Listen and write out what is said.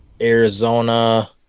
arizona